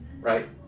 right